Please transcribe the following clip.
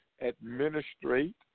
administrate